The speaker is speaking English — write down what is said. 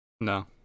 no